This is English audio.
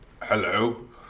hello